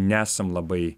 nesam labai